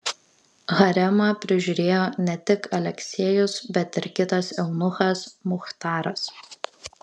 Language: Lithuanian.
haremą prižiūrėjo ne tik aleksejus bet ir kitas eunuchas muchtaras